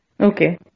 Okay